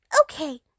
Okay